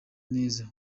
neza